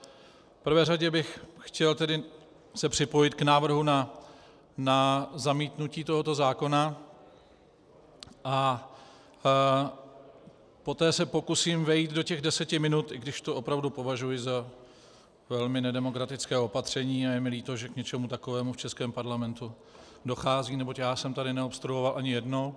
V prvé řadě bych se chtěl připojit k návrhu na zamítnutí tohoto zákona a poté se pokusím vejít do těch deseti minut, i když to opravdu považuji za velmi nedemokratické opatření a je mi líto, že k něčemu takovému v českém parlamentu dochází, neboť já jsem tady neobstruoval ani jednou.